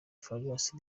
farious